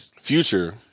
Future